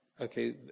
okay